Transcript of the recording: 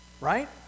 right